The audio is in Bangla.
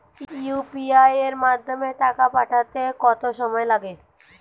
ইউ.পি.আই এর মাধ্যমে টাকা পাঠাতে কত সময় লাগে?